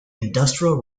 industrial